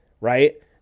right